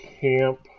camp